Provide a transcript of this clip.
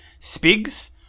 Spigs